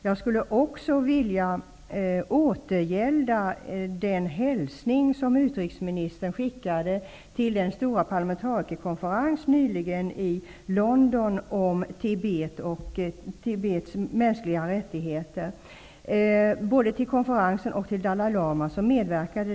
Jag skulle också vilja återgälda den hälsning som utrikesministern skickade till den stora parlamentarikerkonferens som nyligen hölls i London om Tibet och de mänskliga rättigheterna där och till Dalai lama som medverkade.